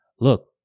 look